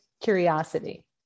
curiosity